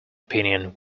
opinion